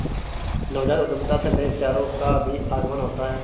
नवजात उद्यमिता से नए विचारों का भी आगमन होता है